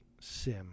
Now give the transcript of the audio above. SIM